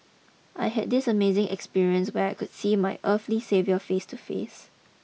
I had this amazing experience where I could see my earthly saviour face to face